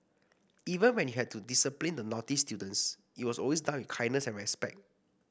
even when you had to discipline the naughty students it was always done kindness and respect